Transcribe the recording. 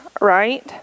right